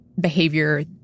behavior